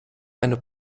eine